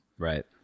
right